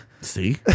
See